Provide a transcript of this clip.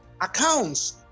accounts